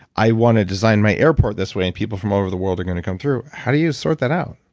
i want to design my airport this way, and people from all over the world are going to come through, how do you sort that out?